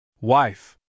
Wife